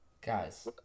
Guys